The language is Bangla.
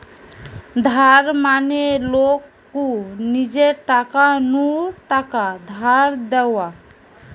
ধার মানে লোক কু নিজের টাকা নু টাকা ধার দেওয়া